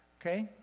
Okay